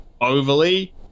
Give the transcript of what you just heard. overly